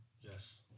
yes